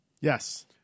Yes